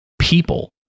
people